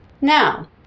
Now